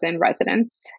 residents